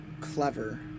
clever